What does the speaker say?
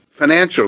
financial